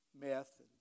meth